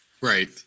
Right